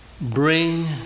bring